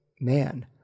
man